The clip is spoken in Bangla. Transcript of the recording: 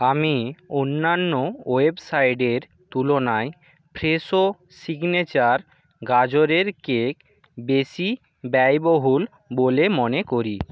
আমি অন্যান্য ওয়েবসাইটের তুলনায় ফ্রেশো সিগনেচার গাজরের কেক বেশি ব্যয়বহুল বলে মনে করি